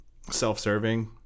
self-serving